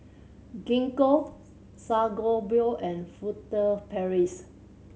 Gingko Sangobion and Furtere Paris